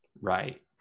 Right